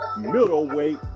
middleweight